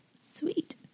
Sweet